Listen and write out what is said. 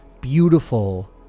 beautiful